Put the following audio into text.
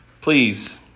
please